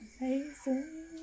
Amazing